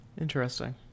Interesting